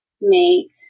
make